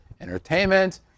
entertainment